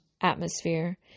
atmosphere